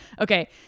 Okay